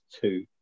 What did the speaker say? two